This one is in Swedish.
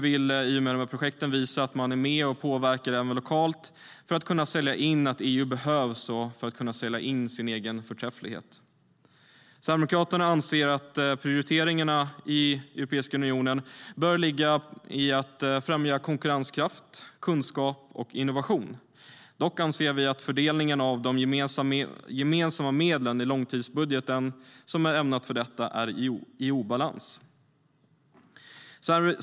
Genom projekten vill man visa att man är med och påverkar även lokalt. Man vill kunna sälja in att EU behövs och sälja in sin egen förträfflighet. Sverigedemokraterna anser att prioriteringarna i Europeiska unionen bör ligga på att främja konkurrenskraft, kunskap och innovation. Vi anser dock att fördelningen av de gemensamma medlen i långtidsbudgeten som är ämnade för detta är i obalans.